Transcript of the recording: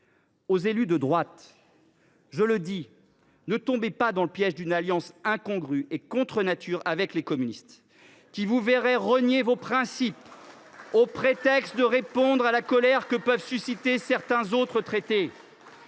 aux élus de droite : ne tombez pas dans le piège d’une alliance incongrue et contre nature avec les communistes, qui vous conduirait à renier vos principes au prétexte de répondre à la colère que peuvent susciter certains autres traités.